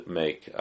make